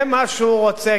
זה מה שהוא רוצה,